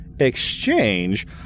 exchange